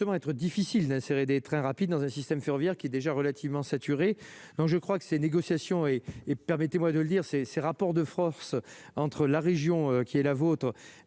être difficile d'insérer des trains rapides dans un système ferroviaire qui est déjà relativement saturé, alors je crois que ces négociations et et permettez-moi de le dire, c'est ces rapports de France entre la région qui est la vôtre,